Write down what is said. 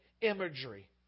imagery